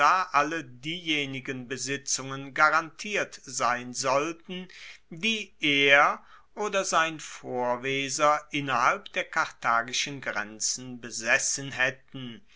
alle diejenigen besitzungen garantiert sein sollten die er oder sein vorweser innerhalb der karthagischen grenzen besessen haetten